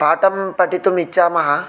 पाठं पठितुमिच्छामः